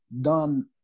done